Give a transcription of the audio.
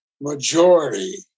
majority